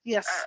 Yes